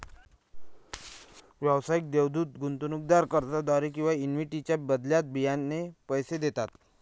व्यावसायिक देवदूत गुंतवणूकदार कर्जाद्वारे किंवा इक्विटीच्या बदल्यात बियाणे पैसे देतात